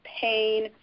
pain